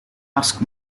ask